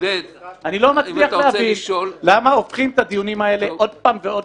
מאני לא מצליח להבין למה הופכים את הדיונים האלה עוד פעם ועוד